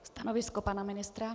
Stanovisko pana ministra?